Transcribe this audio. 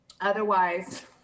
Otherwise